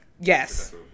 Yes